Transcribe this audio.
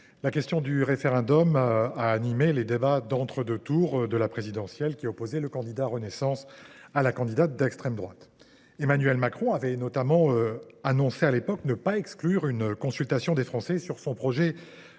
la question du référendum a animé les débats du second tour de l’élection présidentielle, opposant le candidat Renaissance à la candidate d’extrême droite. Emmanuel Macron avait notamment annoncé alors ne pas exclure une consultation des Français sur son projet